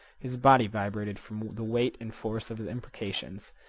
his body vibrated from the weight and force of his imprecations.